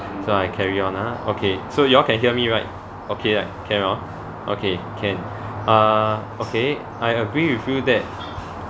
so I carry on ah okay so you all can hear me right okay right can hor okay can uh okay I agree with you that